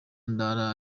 ndara